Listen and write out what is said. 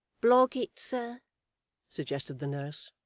blockitt, sir suggested the nurse,